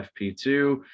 FP2